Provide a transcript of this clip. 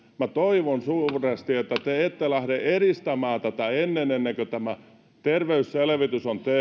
minä toivon suuresti että te ette lähde edistämään tätä ennen kuin tämä terveysselvitys on